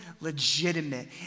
legitimate